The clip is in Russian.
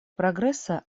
прогресса